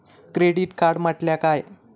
Credit card म्हटल्या काय?